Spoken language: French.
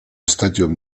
stadium